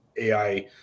AI